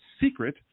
secret